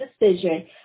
decision